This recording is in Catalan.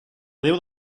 déu